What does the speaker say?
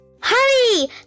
hurry